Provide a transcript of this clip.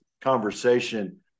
conversation